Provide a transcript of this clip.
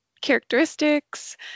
characteristics